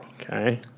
Okay